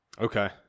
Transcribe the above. Okay